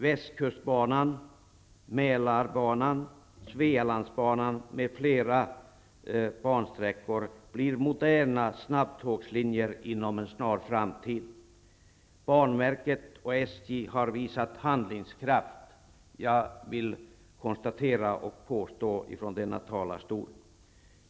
Västkustbanan, Banverket och SJ har visat handlingskraft. Det vill jag påstå från denna talarstol.